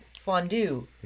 fondue